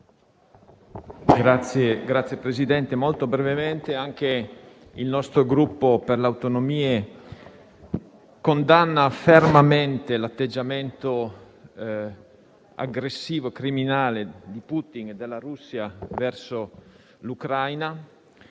UV))*. Signor Presidente, anche il nostro Gruppo Per le Autonomie condanna fermamente l'atteggiamento aggressivo e criminale di Putin e della Russia verso l'Ucraina.